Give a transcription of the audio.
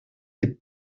n’est